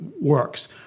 works